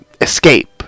escape